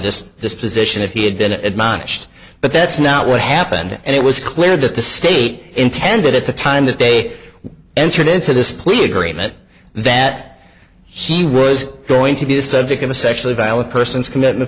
this this position if he had been admonished but that's not what happened and it was clear that the state intended at the time that they entered into this plea agreement that he was going to be the subject of a sexually violent persons commitment